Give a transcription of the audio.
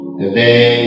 today